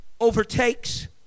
overtakes